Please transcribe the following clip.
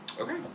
Okay